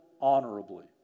honorably